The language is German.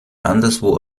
anderswo